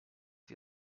sie